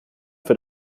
für